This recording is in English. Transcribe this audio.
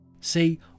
See